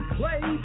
play